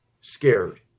scared